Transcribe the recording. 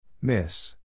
Miss